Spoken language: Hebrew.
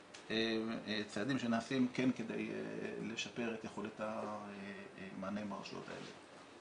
צעדים שנעשים כדי לשפר את יכולת המענה ברשויות האלה.